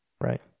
right